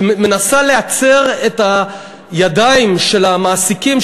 שמנסה לכבול את הידיים של המעסיקים,